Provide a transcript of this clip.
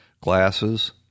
glasses